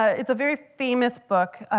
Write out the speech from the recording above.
ah it's a very famous book.